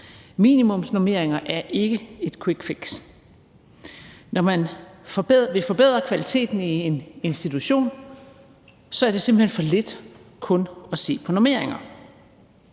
Minimumsnormeringer er ikke et quickfix. Når man vil forbedre kvaliteten i en institution, er det simpelt hen for lidt kun at se på normeringer.